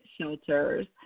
shelters